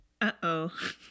Uh-oh